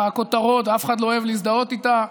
בכותרות ואף אחד לא אוהב להזדהות איתה.